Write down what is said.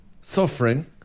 suffering